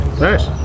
Nice